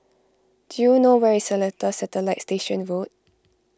do you know where is Seletar Satellite Station Road